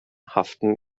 haften